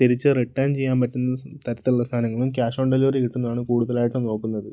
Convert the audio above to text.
തിരിച്ച് റിട്ടേൺ ചെയ്യാൻ പറ്റുന്ന തരത്തിലുള്ള സാധനങ്ങളും ക്യാഷ് ഓൺ ഡെലിവെറി കിട്ടുന്നതാണ് കൂടുതലായിട്ടും നോക്കുന്നത്